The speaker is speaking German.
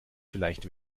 vielleicht